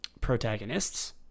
protagonists